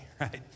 right